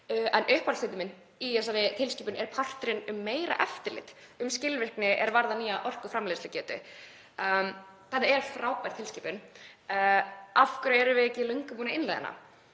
En uppáhaldshluti minn í þessari tilskipun er parturinn um meira eftirlit og skilvirkni er varðar nýja orkuframleiðslugetu. Þetta er frábær tilskipun. Af hverju erum við ekki löngu búin að innleiða hana?